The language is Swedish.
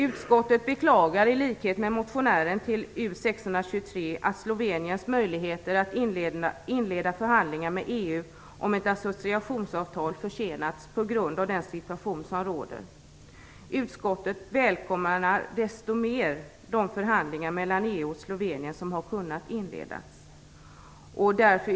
Utskottet beklagar i likhet med motionären till U623 att Sloveniens möjligheter att inleda förhandlingar med EU om ett associationsavtal försenats på grund av den situation som råder. Utskottet välkomnar desto mer de förhandlingar mellan EU och Slovenien som har kunnat inledas.